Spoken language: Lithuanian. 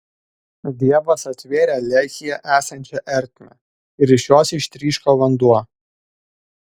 dievas atvėrė lehyje esančią ertmę ir iš jos ištryško vanduo